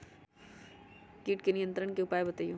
किट नियंत्रण के उपाय बतइयो?